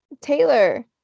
Taylor